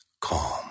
calm